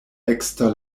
ekster